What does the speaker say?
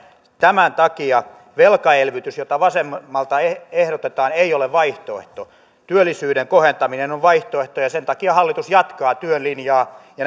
tämän takia velkaelvytys jota vasemmalta ehdotetaan ei ole vaihtoehto työllisyyden kohentaminen on vaihtoehto ja sen takia hallitus jatkaa työn linjaa ja